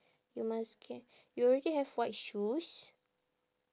you must get you already have white shoes